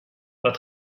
pas